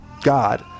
god